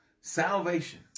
Salvation